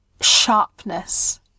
sharpness